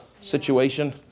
situation